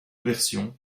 version